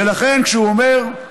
ולכן, כשהיא אומרת